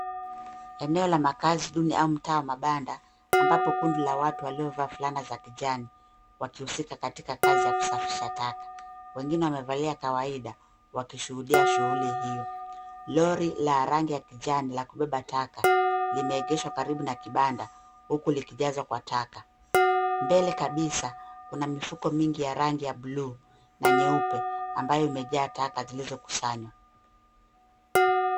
Eneo la makazi duni au mtaa wa mabanda ambapo kundi la watu waliovaa fulana za kijani wakihusika katika kazi ya kusafisha taka. Wengine wamevalia kawaida wakishuhudia shughuli hiyo. Lori la rangi ya kijani la kubeba taka limeegeshwa karibu na kibanda huku likijazwa kwa taka. Mbele kabisa kuna mifuko mingi ya rangi ya blue na nyeupe ambayo imejaa taka zilizokusanywa.